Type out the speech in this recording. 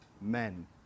men